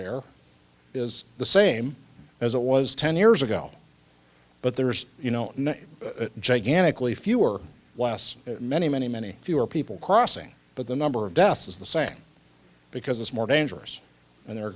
there is the same as it was ten years ago but there's you know a gigantic leaf you are wes many many many fewer people crossing but the number of deaths is the same because it's more dangerous and they